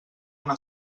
una